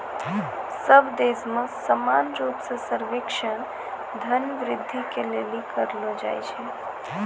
सब देश मे समान रूप से सर्वेक्षण धन वृद्धि के लिली करलो जाय छै